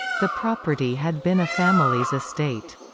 the property had been a family's estate.